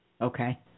Okay